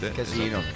casino